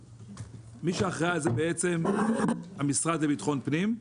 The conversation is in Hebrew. ומי שאחראי על זה בעצם הוא המשרד לביטחון פנים,